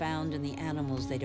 found in the animals they